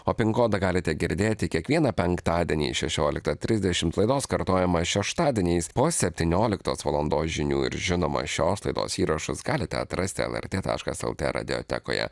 o pin kodą galite girdėti kiekvieną penktadienį šešioliktą trisdešimt laidos kartojimą šeštadieniais po septynioliktos valandos žinių ir žinoma šios laidos įrašus galite atrasti lrt taškas lt radiotekoje